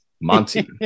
monty